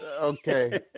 okay